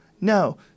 No